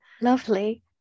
Lovely